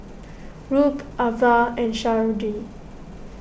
Rube Avah and Sharde